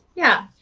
yeah,